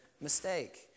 mistake